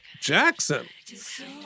Jackson